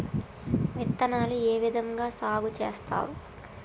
విత్తనాలు ఏ విధంగా సాగు చేస్తారు?